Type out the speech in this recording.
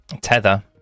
tether